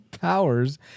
powers